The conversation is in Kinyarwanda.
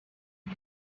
ese